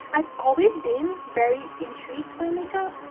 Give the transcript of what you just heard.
i've always been very intrigued by makeup.